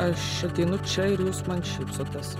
aš ateinu čia ir jūs man šypsotės